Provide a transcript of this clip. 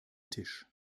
tisch